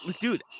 Dude